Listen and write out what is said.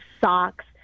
socks